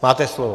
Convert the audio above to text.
Máte slovo.